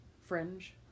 Fringe